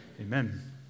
Amen